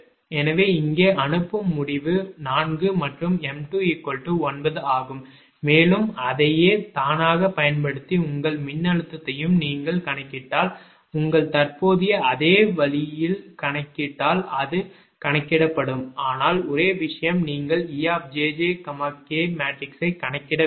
எனவே இங்கே அனுப்பும் முடிவு 4 மற்றும் 𝑚2 9 ஆகும் மேலும் அதையே தானாகப் பயன்படுத்தி உங்கள் மின்னழுத்தத்தையும் நீங்கள் கணக்கிட்டால் உங்கள் தற்போதைய அதே வழியில் கணக்கிட்டால் அது கணக்கிடப்படும் ஆனால் ஒரே விஷயம் நீங்கள் 𝑒 𝑗𝑗 𝑘 மேட்ரிக்ஸைக் கணக்கிட வேண்டும்